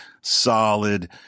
solid